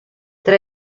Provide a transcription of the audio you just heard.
tra